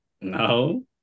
No